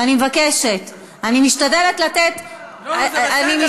ואני מבקשת, אני משתדלת לתת, לא, זה בסדר.